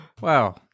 Wow